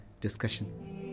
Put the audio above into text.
discussion